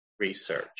Research